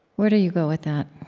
where do you go with that?